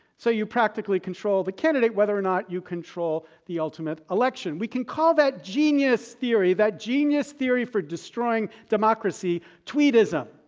so, you practically control the candidate, whether or not you control the ultimate election. we can call that genius theory that genius theory for destroying democracy tweedism.